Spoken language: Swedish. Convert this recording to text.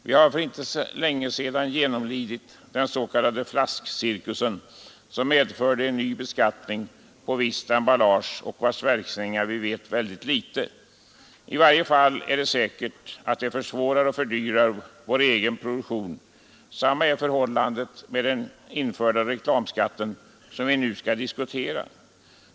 Vi har för inte så länge sedan genomlidit den s.k. flaskcirkusen, som medförde en ny beskattning på visst emballage, en skatt om vars verkningar vi vet mycket litet. I varje fall är det säkert att den försvårar och fördyrar vår egen produktion. Detsamma är förhållandet med den införda reklamskatten, som vi nu skall diskutera.